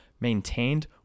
maintained